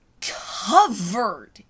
covered